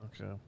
Okay